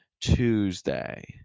Tuesday